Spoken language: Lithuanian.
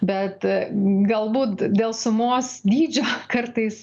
bet galbūt dėl sumos dydžio kartais